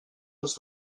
als